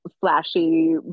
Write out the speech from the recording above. flashy